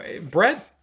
brett